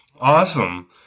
Awesome